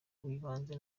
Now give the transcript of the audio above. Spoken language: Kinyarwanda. w’ibanze